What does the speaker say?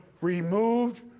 removed